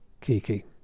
kiki